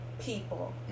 people